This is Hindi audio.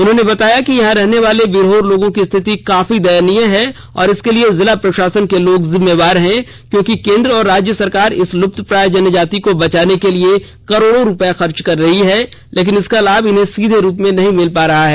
उन्होंने बताया कि यहां रहने वाले बिरहोर लोगों की स्थिति काफी दयनीय है और इसके लिए जिला प्रशासन के लोग जिम्मेवार हैं क्योंकि केंद्र और राज्य सरकार इस लुप्तप्राय जनजाति को बचाने के लिए करोड़ों रुपए खर्च कर रही है लेकिन इसका लाभ इन्हें सीधे रूप से नहीं मिल पा रहा है